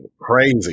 crazy